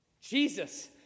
Jesus